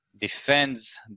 defends